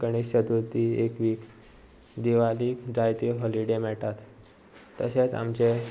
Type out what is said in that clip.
गणेश चतुर्थी एक वीक दिवालीक जायते हॉलिडे मेळटात तशेंच आमचे